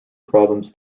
problems